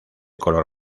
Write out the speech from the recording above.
color